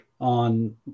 on